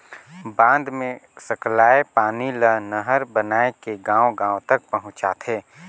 बांध मे सकलाए पानी ल नहर बनाए के गांव गांव तक पहुंचाथें